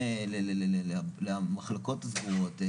נכנסו פה שיפורים מסוימים בנושא השוויוניות ובמעורבות הוועדה.